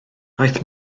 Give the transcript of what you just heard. aeth